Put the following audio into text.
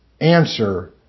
Answer